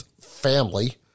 family